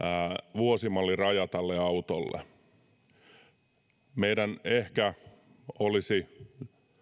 vuosimalliraja tälle autolle meidän ehkä olisi